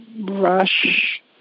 brush